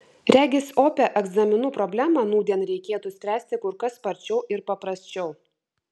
regis opią egzaminų problemą nūdien reikėtų spręsti kur kas sparčiau ir paprasčiau